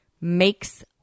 makes